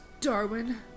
Darwin